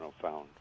found